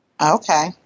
Okay